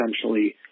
essentially